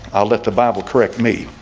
i'll let the bible correct me.